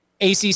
ACC